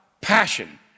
passion